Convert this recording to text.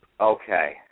Okay